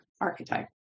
archetype